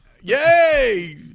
Yay